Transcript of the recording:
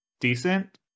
decent